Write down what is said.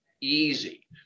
easy